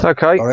Okay